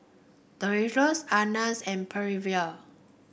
Dolores and Percival